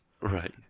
right